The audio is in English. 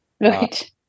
Right